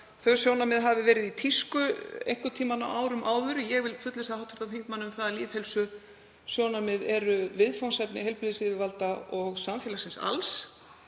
þau sjónarmið hafi verið í tísku einhvern tímann á árum áður. Ég vil fullvissa hv. þingmann um að lýðheilsusjónarmið eru viðfangsefni heilbrigðisyfirvalda og samfélagsins alls